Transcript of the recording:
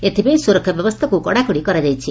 ଏଥିପାଇଁ ସୁରକ୍ଷା ବ୍ୟବସ୍ଚାକୁ କଡ଼ାକଡ଼ି କରାଯାଇଛି